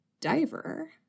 Diver